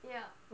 ya